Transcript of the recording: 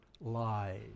lies